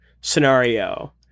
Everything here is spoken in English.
scenario